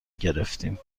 گرفتیم